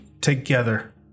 together